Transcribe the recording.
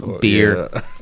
Beer